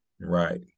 Right